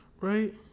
right